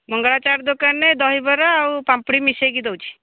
ମଙ୍ଗଳା ଚାଟ୍ ଦୋକାନରେ ଦହିବରା ଆଉ ପାମ୍ପଡ଼ି ମିଶାଇକି ଦେଉଛି